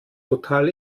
total